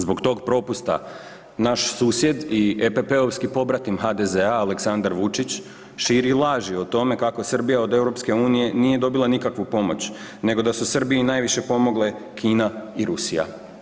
Zbog tog propusta naš susjed i EPP-ovski pobratim HDZ-a Aleksandar Vučić širi laži o tome kako Srbija od Europske unije nije dobila nikakvu pomoć, nego da su Srbiji najviše pomogle Kina i Rusija.